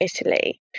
Italy